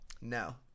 No